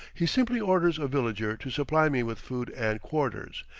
he simply orders a villager to supply me with food and quarters,